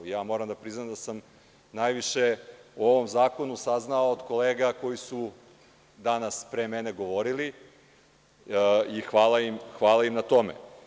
Moram da priznam da sam najviše o ovom zakonu saznao od kolega koji su danas pre mene govorili i hvala im na tome.